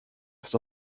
ist